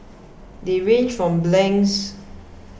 they range from blanks